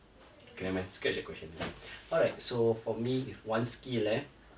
nevermind scratch that question okay alright so for me if one skill uh I want uh